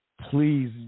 please